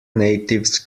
natives